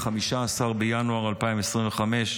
15 בינואר 2025,